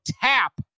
Tap